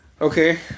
Okay